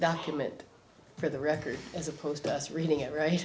document for the record as opposed to us reading it right